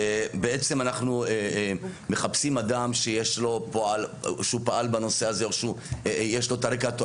ובעצם אנחנו מחפשים אדם שהוא פעל בנושא הזה או שיש לו את הרקע,